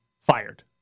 fired